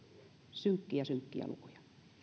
synkkiä synkkiä lukuja